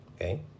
okay